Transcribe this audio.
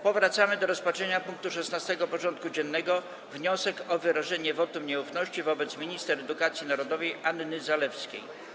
Powracamy do rozpatrzenia punktu 16. porządku dziennego: Wniosek o wyrażenie wotum nieufności wobec minister edukacji narodowej Anny Zalewskiej.